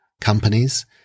companies